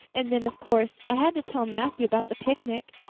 and then, of course, i had to tell matthew about the picnic.